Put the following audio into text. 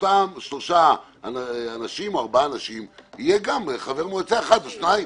באותם שלושה-ארבעה אנשים יהיו גם חבר מועצה אחד או שניים.